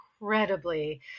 incredibly